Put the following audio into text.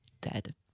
dead